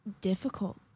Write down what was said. difficult